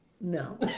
No